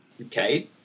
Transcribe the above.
Okay